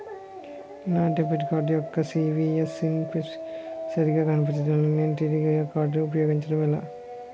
నా debit card యెక్క CVV PIN సరిగా కనిపించడం లేదు నేను తిరిగి నా కార్డ్ఉ పయోగించుకోవడం ఎలా?